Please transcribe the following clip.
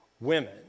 women